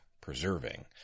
preserving